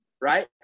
right